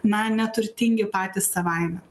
na neturtingi patys savaime